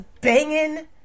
banging